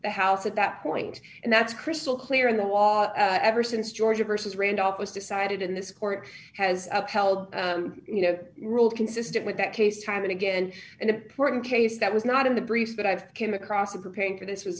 the house at that point and that's crystal clear in the law ever since georgia versus randolph was decided in this court has upheld you know ruled consistent with that case time and again an important case that was not in the briefs that i've come across of preparing for this was